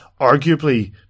arguably